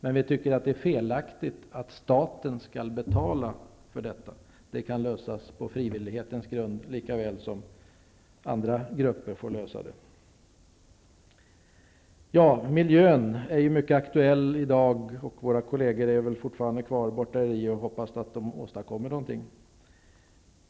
Men vi tycker att det är felaktigt att staten skall betala för detta; det kan man lösa på frivillighetens grund -- liksom andra grupper får göra. Miljön är ju mycket aktuell i dag. Våra kolleger är väl fortfarande kvar borta i Rio, och jag hoppas att de åstadkommer någonting.